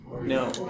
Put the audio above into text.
No